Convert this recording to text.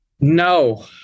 No